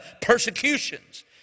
persecutions